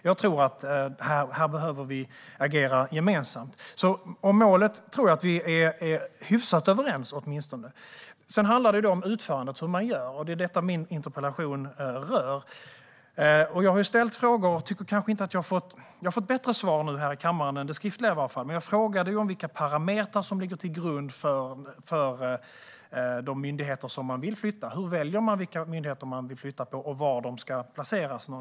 Jag tror att vi behöver agera gemensamt i fråga om detta. Jag tror att vi är åtminstone hyfsat överens om målet. Sedan handlar det om utförandet och hur man gör. Det är detta som min interpellation handlar om. Jag har ställt frågor, och jag har fått bättre svar nu här i kammaren än i det skriftliga svaret. Men jag frågade om vilka parametrar som ligger till grund för de myndigheter som man vill flytta. Hur väljer man vilka myndigheter som ska flyttas och var de ska placeras?